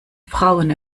frauen